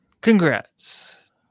Congrats